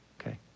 Okay